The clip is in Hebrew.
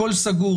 הכול סגור,